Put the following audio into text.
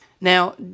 Now